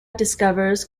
discovers